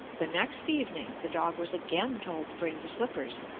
the next evening the dog was again told to bring the slippers.